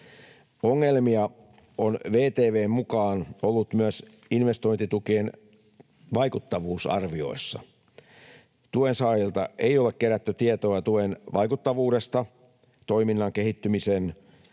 Ongelmia on VTV:n mukaan ollut myös investointitukien vaikuttavuusarvioissa. Tuensaajilta ei ole kerätty tietoa tuen vaikuttavuudesta toiminnan kehittymiseen,